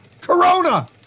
Corona